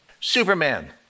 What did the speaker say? Superman